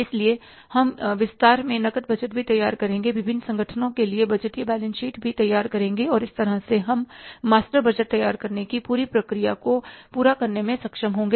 इसलिए हम विस्तार में नकद बजट भी तैयार करेंगे विभिन्न संगठनों के लिए बजटीय बैलेंस शीट भी तैयार करेंगे और इस तरह हम मास्टर बजट तैयार करने की पूरी प्रक्रिया को पूरा करने में सक्षम होंगे